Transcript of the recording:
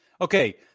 Okay